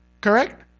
Correct